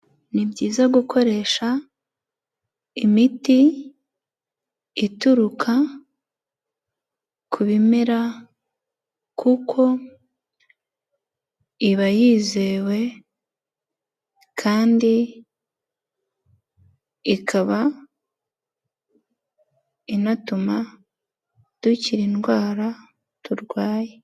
Ni byiza gukoresha imiti ituruka ku bimera, kuko iba yizewe kandi ikaba inatuma dukira indwara turwaye.